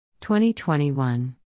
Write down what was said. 2021